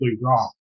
wrong